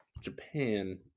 Japan